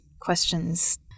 questions